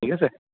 ঠিক আছে